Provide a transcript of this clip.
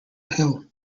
hill